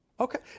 Okay